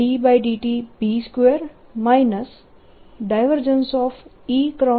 જેને આગળ 12∂tB2